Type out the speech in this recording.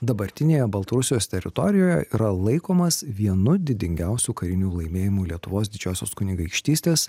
dabartinėje baltarusijos teritorijoje yra laikomas vienu didingiausių karinių laimėjimų lietuvos didžiosios kunigaikštystės